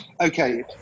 okay